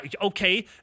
okay